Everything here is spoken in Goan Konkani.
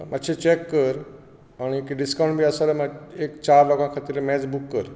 मात्शें चॅक कर आनी ओके डिसकावण्ट बी आसा जाल्या माग एक चार लोकां खातीर मेज बूक कर